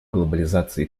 глобализации